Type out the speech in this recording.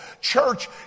Church